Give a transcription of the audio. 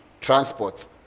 Transport